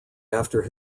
after